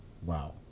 Wow